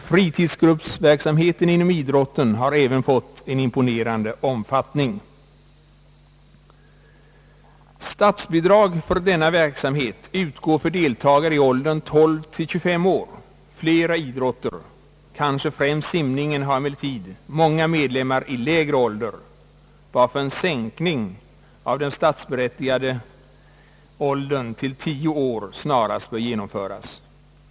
Fritidsgruppsverksamheten inom idrotten har även fått en imponerande omfattning. Statsbidrag för denna verksamhet utgår för deltagare i åldern mellan 12 och 25 år. Kanske främst simningen har många medlemmar i lägre åldrar, varför en sänkning av den statsbidragsberättigade åldern till 10 år snarast bör genomföras.